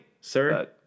Sir